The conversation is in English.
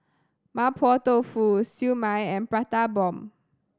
Mapo Tofu Siew Mai and Prata Bomb